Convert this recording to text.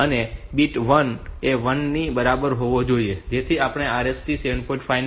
અને બીટ 1 એ 1 ની બરાબર હોવો જોઈએ જેથી આપણે RST 7